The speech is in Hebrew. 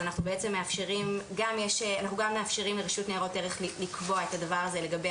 אנחנו גם מאפשרים לרשות ניירות ערך לקבוע את הדבר הזה לגבי